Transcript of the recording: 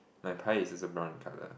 my pie is also brown in colour